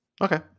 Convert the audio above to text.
Okay